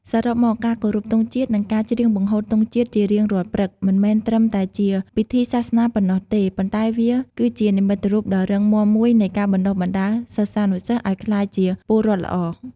សរុបមក ការគោរពទង់ជាតិ និងការច្រៀងបង្ហូតទង់ជាតិជារៀងរាល់ព្រឹក មិនមែនត្រឹមតែជាពិធីសាសនាប៉ុណ្ណោះទេ ប៉ុន្តែវាគឺជានិមិត្តរូបដ៏រឹងមាំមួយនៃការបណ្ដុះបណ្ដាលសិស្សានុសិស្សឱ្យក្លាយជា ពលរដ្ឋល្អ។